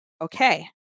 Okay